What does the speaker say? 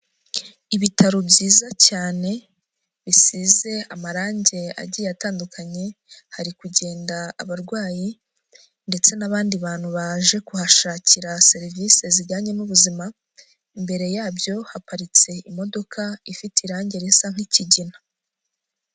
Ibitaro byiza cyane bisize amarangi agiye atandukanye hari kugenda abarwayi ndetse n'abandi bantu baje kuhashakira serivisi zijyanye n'ubuzima imbere yabyo haparitse imodoka ifite irangi risa nk'ikigina.